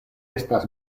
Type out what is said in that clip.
estas